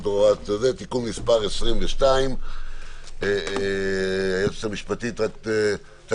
והוראות נוספות)(תיקון מס' 22). גברתי היועצת המשפטית,